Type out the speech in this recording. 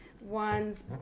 one's